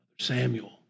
Samuel